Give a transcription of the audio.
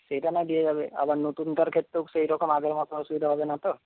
সেটা না হয় দেওয়া যাবে আবার নতুনটার ক্ষেত্রেও সেইরকম আগের মতো অসুবিধা হবে না তো